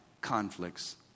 conflicts